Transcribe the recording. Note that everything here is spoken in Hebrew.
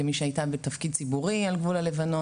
כמי שהייתה בתפקיד ציבורי על גבול הלבנון,